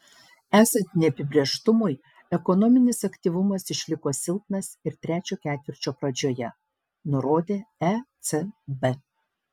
esant neapibrėžtumui ekonominis aktyvumas išliko silpnas ir trečio ketvirčio pradžioje nurodė ecb